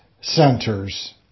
centers